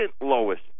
lowest